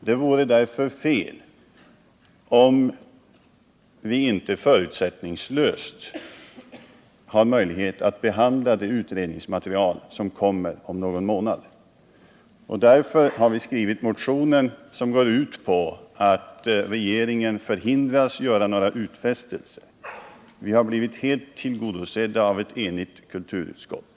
Det vore därför fel om vi inte förutsättningslöst har möjlighet att behandla det utredningsmaterial som kommer om någon månad. Därför har vi skrivit motionen, som går ut på att regeringen förhindras göra några utfästelser. Vi har blivit helt tillgodosedda av ett enigt kulturutskott.